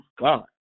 god